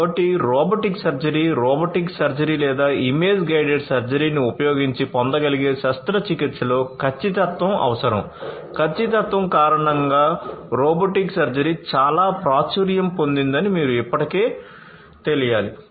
కాబట్టి robotic surgery robotic surgery లేదా image guided సర్జరీని ఉపయోగించి పొందగలిగే శస్త్రచికిత్సలో ఖచ్చితత్వం అవసరం ఖచ్చితత్వం కారణంగా రోబోటిక్ సర్జరీ చాలా ప్రాచుర్యం పొందిందని మీరు ఇప్పటికే తెలియాలి